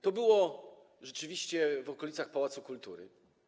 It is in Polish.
To było rzeczywiście w okolicach pałacu kultury.